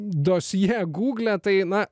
dosjė gūgle tai na